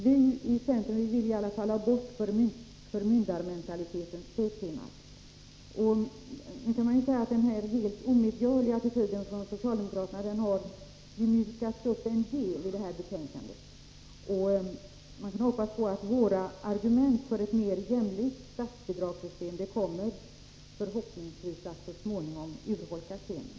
Vi i centern vill i alla fall ha bort förmyndarmentalitetens pekpinnar. Nu kan det sägas att den helt omedgörliga attityden från socialdemokaterna har mjukats upp en del i detta betänkande. Man kan hoppas på att våra argument för ett mer jämlikt statsbidragssystem kommer att urholka stenen.